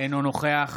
אינו נוכח